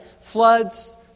Floods